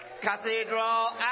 Cathedral